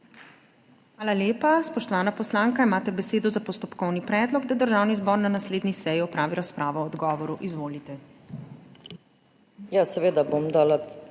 Hvala lepa. Spoštovani poslanec, imate besedo za postopkovni predlog, da Državni zbor na naslednji seji opravi razpravo o odgovoru. Izvolite.